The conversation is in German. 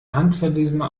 handverlesene